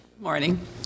morning